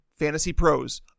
FANTASYPROS